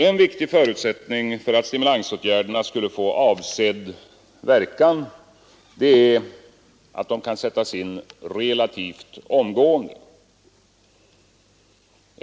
En viktig förutsättning för att stimulansåtgärderna skall få avsedd verkan är att de kan sättas in relativt omgående.